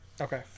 Okay